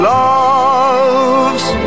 loves